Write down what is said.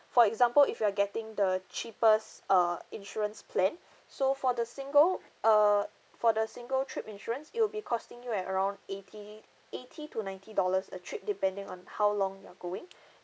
for example if you are getting the cheapest uh insurance plan so for the single err for the single trip insurance it will be costing you at around eighty eighty to ninety dollars a trip depending on how long you are going